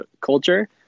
culture